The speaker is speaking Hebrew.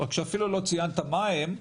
רק שאפילו לא ציינת מה הם,